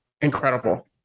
incredible